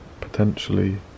potentially